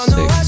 Six